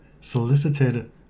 solicited